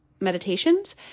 meditations